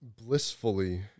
Blissfully